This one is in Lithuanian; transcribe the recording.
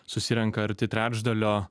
susirenka arti trečdalio